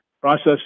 process